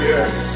Yes